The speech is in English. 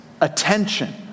attention